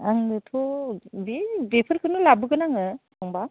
आंनोथ' बे बेफोरखौनो लाबोगोन आङो थांबा